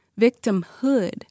Victimhood